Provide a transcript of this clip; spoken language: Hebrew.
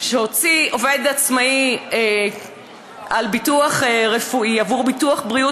הוצאה שהוציא עובד עצמאי על ביטוח רפואי עבור ביטוח בריאות